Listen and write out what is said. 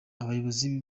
abayobozi